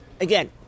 Again